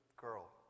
girl